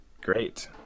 great